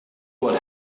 what